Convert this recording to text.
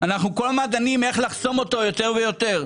אנחנו כל הזמן דנים איך לחסום אותו יותר ויותר.